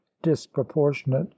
disproportionate